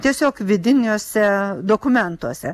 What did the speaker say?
tiesiog vidiniuose dokumentuose